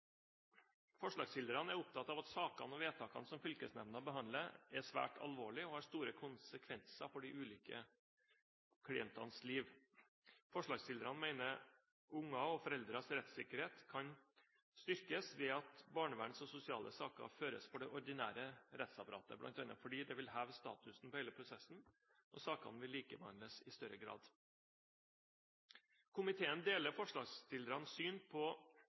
Forslagsstillerne er opptatt av at sakene og vedtakene som fylkesnemndene behandler, er svært alvorlige og har store konsekvenser for de ulike klientenes liv. Forslagsstillerne mener barns og foreldres rettssikkerhet kan styrkes ved at barnevernssaker og sosiale saker føres for det ordinære rettsapparatet, bl.a. fordi det vil heve statusen på hele prosessen, og sakene vil likebehandles i større grad. Komiteen deler forslagsstillernes syn på